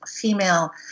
female